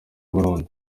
burundu